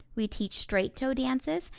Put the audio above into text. we teach straight toe dances,